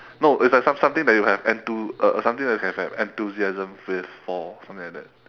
no it's like some~ something that you have enthu~ uh something that you have an enthusiasm with for something like that